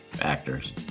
actors